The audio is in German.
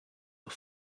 auf